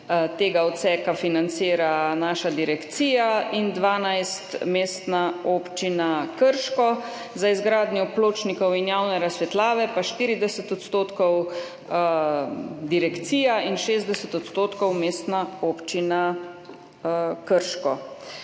tega odseka financira naša Direkcija in 12 % Mestna občina Krško, za izgradnjo pločnikov in javne razsvetljave pa 40 % Direkcija in 60 % Mestna občina Krško.